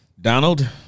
Donald